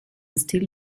still